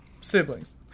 siblings